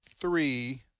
three –